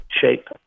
shape